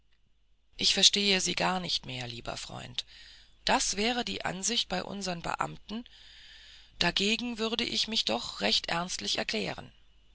ich verstehe sie gar nicht mehr lieber freund das wäre die ansicht bei unsern beamten dagegen würde ich mich doch recht ernstlich erklären